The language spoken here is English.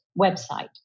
website